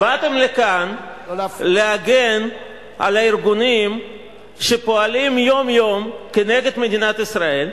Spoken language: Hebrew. באתם לכאן להגן על הארגונים שפועלים יום-יום כנגד מדינת ישראל.